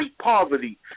poverty